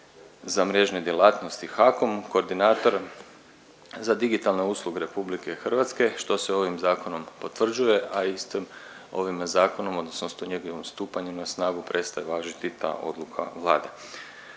za mrežne djelatnosti HAKOM koordinatorom za digitalne usluge RH što se ovim zakonom potvrđuje, a istom ovime zakonom odnosno tj. njegovim stupanjem na snagu prestaje važiti ta odluka Vlade.